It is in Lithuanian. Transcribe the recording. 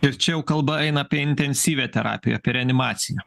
ir čia jau kalba eina apie intensyvią terapiją apie reanimaciją